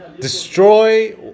destroy